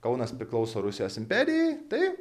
kaunas priklauso rusijos imperijai tai